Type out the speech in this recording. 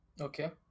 okay